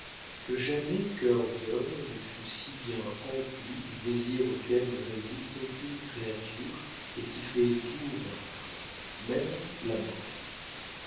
que jamais cœur d'homme ne fut si bien empli du désir auquel ne résiste aucune créature et qui fait tout vaincre même la mort